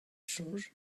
soñj